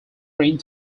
print